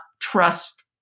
trust